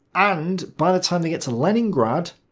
and by the time they get to leningrad